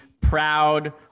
proud